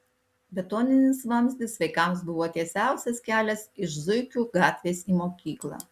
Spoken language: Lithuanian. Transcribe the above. betoninis vamzdis vaikams buvo tiesiausias kelias iš zuikių gatvės į mokyklą